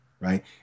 right